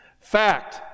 fact